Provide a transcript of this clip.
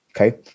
Okay